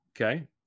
Okay